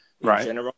Right